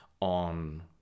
on